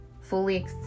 fully